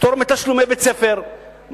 פטור מתשלומי בית-ספר,